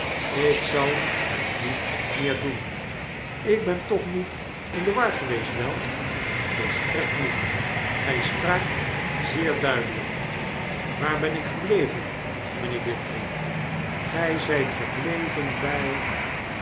lk zal het niet meer doen ik ben toch niet in de war geweest wel volstrekt niet gy spraakt zeer duidelyk waar ben ik gebleven mynheer bintrey gy zijt gebleven by